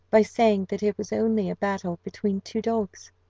by saying that it was only a battle between two dogs.